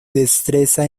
destreza